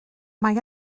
mae